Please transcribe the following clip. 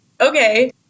Okay